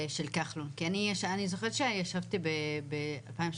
אתה אומר שעל הקרנות הישנות ימשיך ה-2.5%